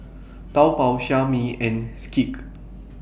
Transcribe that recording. Taobao Xiaomi and Schick